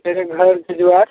मेरे घर से जो आठ